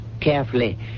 carefully